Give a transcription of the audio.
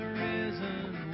risen